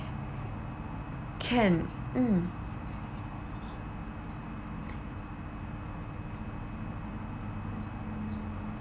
can mm